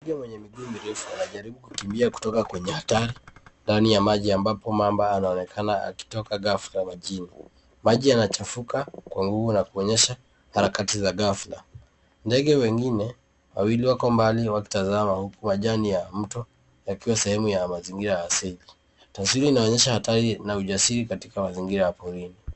Ndege mwenye miguu mirefu anajaribu kukimbia kutoka kwenye hatari ndani ya maji ambapo mamba anaonekana akitoka ghafla majini. Maji yana chafuka kwa nguvu na kuonyesha harakati za ghafla. Ndege wengine wako mbali wakitazama huku majini ya mto wakiwa sehemu. Taswira inaonyesha hatari na ujasiri katika mazingira ya porini.